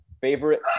Favorite